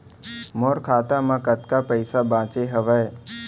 मोर खाता मा कतका पइसा बांचे हवय?